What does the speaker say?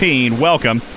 Welcome